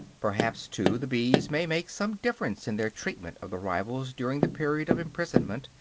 perhaps too the bees may make some difference in their treatment of the rivals during the period of imprisonment,